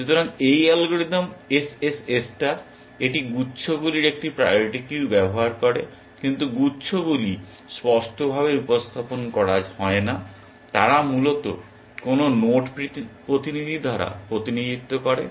সুতরাং এই algorithm SSS star এটি গুচ্ছগুলির একটি প্রায়োরিটি কিউ ব্যবহার করে কিন্তু গুচ্ছগুলি স্পষ্টভাবে উপস্থাপন করা হয় না তারা মূলত কোনো নোড প্রতিনিধি দ্বারা প্রতিনিধিত্ব করে